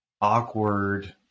awkward